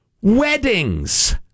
weddings